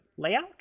layout